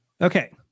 Okay